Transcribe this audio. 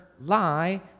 lie